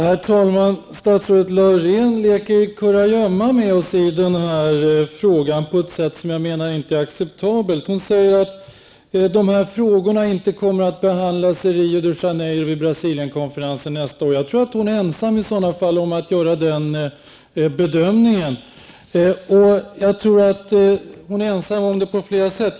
Herr talman! Statsrådet Laurén leker kurragömma med oss i den här frågan på ett sätt som jag menar inte är acceptabelt. Hon säger att de här frågorna inte kommer att behandlas i Rio de Janeiro vid Brasilienkonferensen nästa år. Jag tror att hon är ensam om att göra den bedömningen. Jag tror att hon är ensam om det på flera sätt.